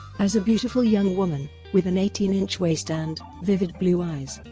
as a beautiful young woman, with an eighteen inch waist and vivid blue eyes,